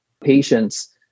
patients